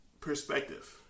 Perspective